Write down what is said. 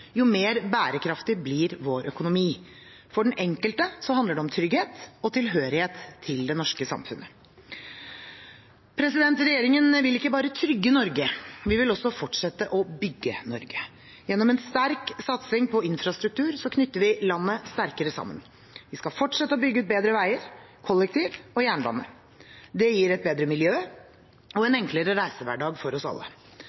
jo færre som går på trygd, desto mer bærekraftig blir vår økonomi. For den enkelte handler det om trygghet og tilhørighet til det norske samfunnet. Regjeringen vil ikke bare trygge Norge; vi vil også fortsette å bygge Norge. Gjennom en sterk satsing på infrastruktur knytter vi landet sterkere sammen. Vi skal fortsette å bygge ut bedre veier, kollektiv og jernbane. Det gir et bedre miljø og en enklere reisehverdag for oss alle.